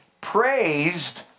praised